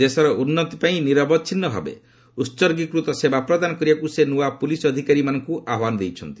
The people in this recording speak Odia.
ଦେଶର ଉନ୍ନତି ପାଇଁ ନିରବଚ୍ଛିନ୍ନଭାବେ ଉହର୍ଗୀକୃତ ସେବା ପ୍ରଦାନ କରିବାକୁ ସେ ନୂଆ ପୋଲିସ ଅଧିକାରୀମାନଙ୍କୁ ଆହ୍ୱାନ ଦେଇଛନ୍ତି